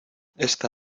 esta